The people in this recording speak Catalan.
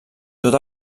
tot